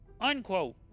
Unquote